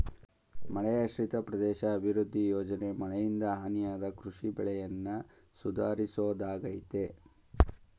ಮಳೆಯಾಶ್ರಿತ ಪ್ರದೇಶ ಅಭಿವೃದ್ಧಿ ಯೋಜನೆ ಮಳೆಯಿಂದ ಹಾನಿಯಾದ ಕೃಷಿ ಬೆಳೆಯನ್ನ ಸುಧಾರಿಸೋದಾಗಯ್ತೆ